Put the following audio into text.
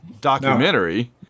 documentary